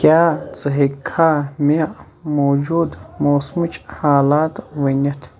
کیٛاہ ژٕ ہیٚکٕکھا میٚے موٗجوٗدٕ موسمٕچ حالات ؤنِتھ